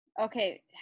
Okay